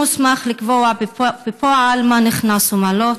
4. מי מוסמך לקבוע בפועל מה נכנס ומה לא?